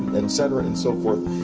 and etc. and so forth.